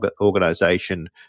organization